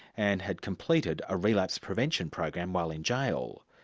and had completed a relapse prevention program while in jail.